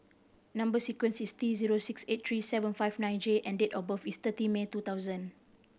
number sequence is T zero six eight three seven five nine J and date of birth is thirty May two thousand